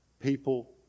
People